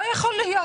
לא יכול להיות,